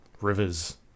rivers